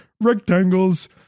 rectangles